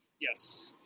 Yes